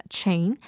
chain